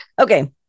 Okay